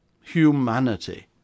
humanity